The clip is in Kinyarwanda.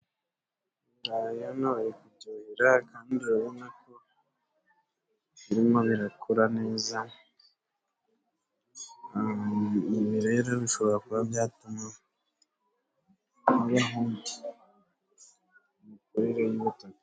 Bari kubyuhira kandi urabona ko birimo birakura neza ibi rero bishobora kuba byatuma imikurire y'urubuto.